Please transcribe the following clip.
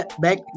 Back